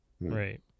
right